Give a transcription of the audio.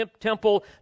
temple